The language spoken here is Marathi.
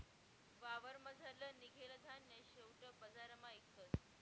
वावरमझारलं निंघेल धान्य शेवट बजारमा इकतस